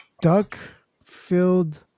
duck-filled